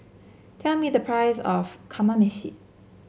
tell me the price of Kamameshi